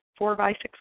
four-by-six